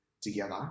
together